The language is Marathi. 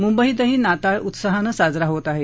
मुंबईतही नाताळ उत्साहानं साजरा होत आहे